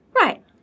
Right